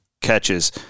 catches